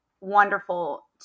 wonderful